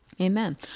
Amen